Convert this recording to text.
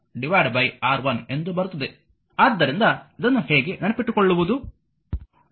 ಆದ್ದರಿಂದ ಇದನ್ನು ಹೇಗೆ ನೆನಪಿಟ್ಟುಕೊಳ್ಳುವುದು